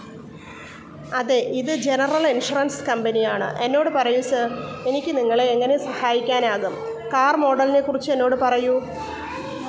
അതെ ഇത് general insurance കമ്പനിയാണ് എന്നോട് പറയൂ സർ എനിക്ക് നിങ്ങളെ എങ്ങനെ സഹായിക്കാനാകും കാർ മോഡലിനെ കുറിച്ച് എന്നോട് പറയൂ